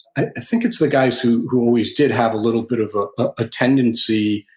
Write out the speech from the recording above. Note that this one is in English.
i think it's the guys who who always did have a little bit of ah a tendency,